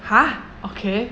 !huh! okay